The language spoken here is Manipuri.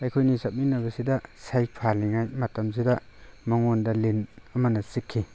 ꯑꯩꯈꯣꯏꯅꯤ ꯆꯠꯃꯤꯟꯅꯕꯁꯤꯗ ꯁꯖꯤꯛ ꯐꯥꯜꯂꯤꯉꯩ ꯃꯇꯝꯁꯤꯗ ꯃꯉꯣꯟꯗ ꯂꯤꯟ ꯑꯃꯅ ꯆꯤꯛꯈꯤ